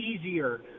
easier